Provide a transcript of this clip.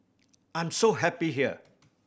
I'm so happy here